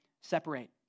separate